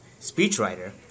speechwriter